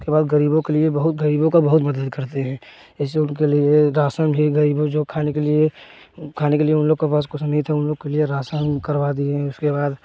उसके बाद गरीबों के लिए बहुत गरीबों का बहुत मदद करते हैं जैसे उनके लिए राशन भी गई जो खाने के लिए खाने के लिए उन लोग को पास नहीं था उन लोग के लिए राशन करवा दिए उसके बाद